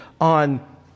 on